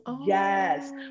yes